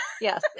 Yes